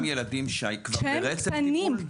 גם ילדים שכבר ברצף טיפול?